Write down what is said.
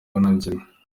banabyina